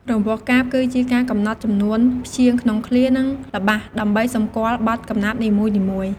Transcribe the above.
រង្វាស់កាព្យ គឺជាការកំណត់ចំនួនព្យាង្គក្នុងឃ្លា និងល្បះ ដើម្បីសម្គាល់បទកំណាព្យនីមួយៗ។